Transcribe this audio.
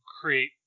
create